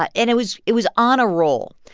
and it was it was on a roll.